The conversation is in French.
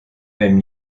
même